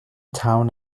town